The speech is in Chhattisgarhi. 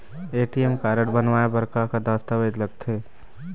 ए.टी.एम कारड बनवाए बर का का दस्तावेज लगथे?